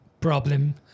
problem